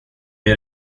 ger